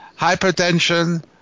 hypertension